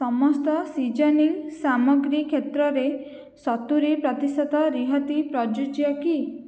ସମସ୍ତ ସିଜନିଂ ସାମଗ୍ରୀ କ୍ଷେତ୍ରରେ ସତୁରି ପ୍ରତିଶତ ରିହାତି ପ୍ରଯୁଜ୍ୟ କି